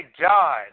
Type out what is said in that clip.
God